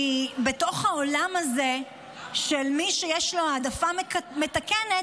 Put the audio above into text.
כי בתוך העולם הזה של מי שיש לו העדפה מתקנת,